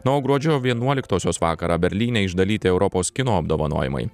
na o gruodžio vienuoliktosios vakarą berlyne išdalyti europos kino apdovanojimai